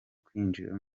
kwinjira